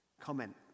comment